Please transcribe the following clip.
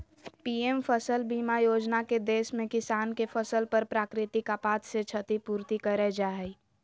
PM फसल बीमा योजना के देश में किसान के फसल पर प्राकृतिक आपदा से क्षति पूर्ति करय हई